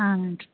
நன்றி